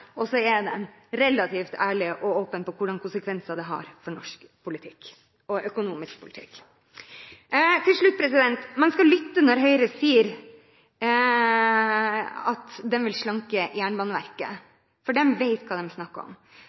Og så er de relativt ærlige og åpne om hvilke konsekvenser det har for norsk økonomisk politikk. Til slutt: Man skal lytte når Høyre sier at de vil slanke Jernbaneverket, for de vet hva de snakker om.